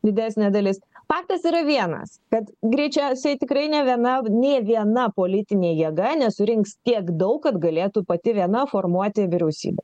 didesnė dalis faktas yra vienas kad greičiausiai tikrai ne viena nei viena politinė jėga nesurinks tiek daug kad galėtų pati viena formuoti vyriausybę